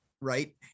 Right